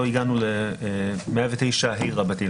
לא הגענו ל-109ה רבתי.